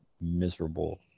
miserable